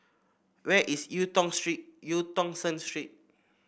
where is Eu Tong Street Eu Tong Sen Street